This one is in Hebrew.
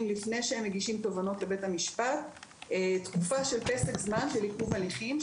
לפני שהם מגישים תובענות לבית המשפט תקופה של פסק זמן ועיכוב הליכים,